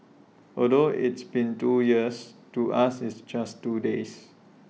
although it's been two years to us it's just two days